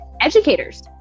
educators